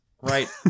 right